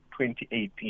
2018